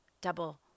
double